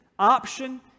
option